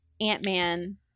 Ant-Man